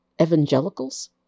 evangelicals